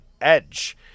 Edge